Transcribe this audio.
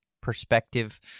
perspective